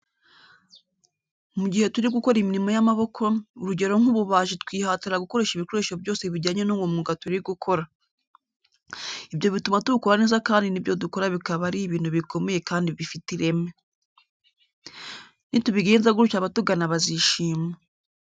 Mu gihe turi gukora imirimo y'amaboko, urugero nk'ububaji twihatira gukoresha ibikoresho byose bijyanye n'uwo mwuga turi gukora. Ibyo bituma tuwukora neza kandi n'ibyo dukora bikaba ari ibintu bikomeye kandi bifite ireme. Nitubigenza gutyo abatugana bazishima.